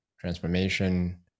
transformation